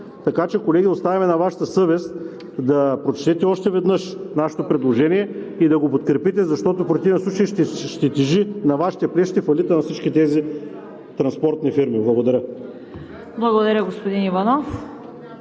Така че, колеги, оставаме на Вашата съвест да прочетете още веднъж нашето предложение и да го подкрепите, защото в противен случай ще тежи на Вашите плещи фалитът на всички тези транспортни фирми. Благодаря. ПРЕДСЕДАТЕЛ ЦВЕТА